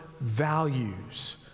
values